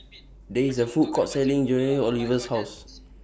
There IS A Food Court Selling Dangojiru Oliver's House